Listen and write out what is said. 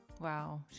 Wow